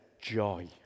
joy